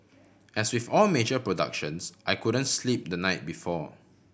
as with all major productions I couldn't sleep the night before